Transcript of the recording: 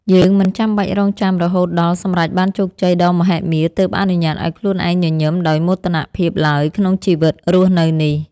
យើងមិនចាំបាច់រង់ចាំរហូតដល់សម្រេចបានជោគជ័យដ៏មហិមាទើបអនុញ្ញាតឱ្យខ្លួនឯងញញឹមដោយមោទនភាពឡើយក្នុងជីវិតរស់នៅនេះ។